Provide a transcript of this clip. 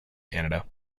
canada